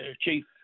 chief